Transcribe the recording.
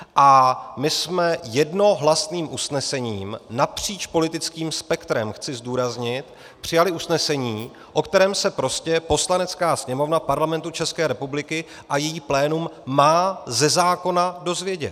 A my jsme jednohlasným usnesením napříč politickým spektrem, chci zdůraznit přijali usnesení, o kterém se prostě Poslanecká sněmovna Parlamentu ČR a její plénum má ze zákona dozvědět.